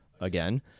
again